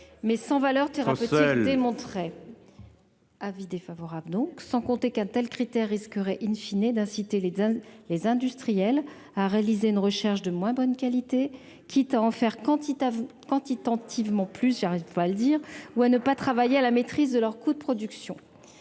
mais sans valeur thérapeutique démontré : avis défavorable, donc sans compter qu'un telle critères risquerait in fine et d'inciter les hommes, les industriels à réaliser une recherche de moins bonne qualité, quitte à en faire quantité vous quantitativement plus j'arrive pas le dire ou à ne pas travailler à la maîtrise de leurs coûts de production,